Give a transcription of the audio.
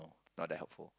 no not that helpful